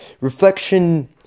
Reflection